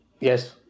Yes